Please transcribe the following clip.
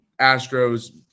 Astros –